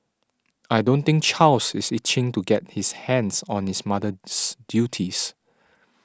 I don't think Charles is itching to get his hands on his mother's duties